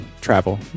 travel